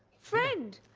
friend.